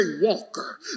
Walker